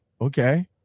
okay